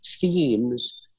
themes